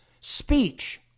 speech